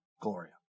Gloria